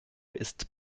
ist